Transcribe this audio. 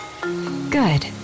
Good